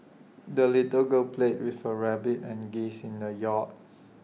the little girl played with her rabbit and geese in the yard